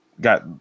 got